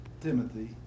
timothy